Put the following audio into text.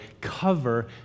cover